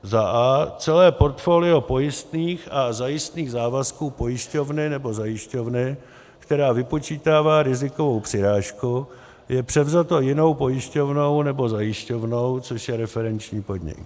a) celé portfolio pojistných a zajistných závazků pojišťovny nebo zajišťovny, která vypočítává rizikovou přirážku, je převzato jinou pojišťovnou nebo zajišťovnou, což je referenční podnik;